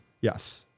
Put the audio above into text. Yes